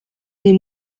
des